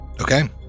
Okay